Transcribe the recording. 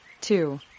two